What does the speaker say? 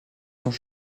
sont